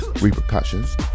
repercussions